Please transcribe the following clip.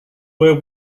where